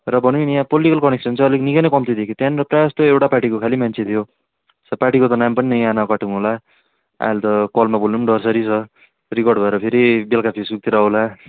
र भन्यो भने यहाँ पोलिटिकेल कनेक्सन चाहिँ अलिक निकै नै कम्ती देखियो त्यहाँनिर प्रायः जस्तो एउटा पार्टीको खालि मान्छे थियो स पार्टीको त नाम पनि यहाँ नकाटौँ होला अहिले त कलमा बोल्नु पनि डरसरी छ रिकर्ड भएर फेरि बेलुका फेसबुकतिर आउँला